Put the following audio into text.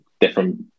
different